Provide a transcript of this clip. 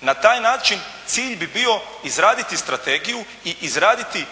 na taj način cilj bi bio izraditi strategiju i izraditi